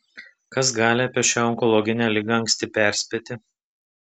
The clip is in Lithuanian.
kas gali apie šią onkologinę ligą anksti perspėti